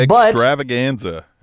Extravaganza